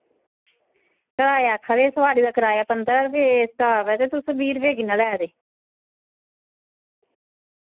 कराया आक्खा दे सोआरी दा कराया पन्दरां रपे स्टाप ऐ ते तुस बीह् रपे कि'यां लैदे